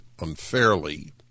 unfairly